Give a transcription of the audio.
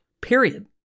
period